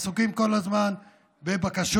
עסוקים כל הזמן בבקשות,